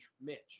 Mitch